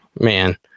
Man